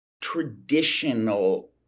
traditional